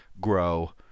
grow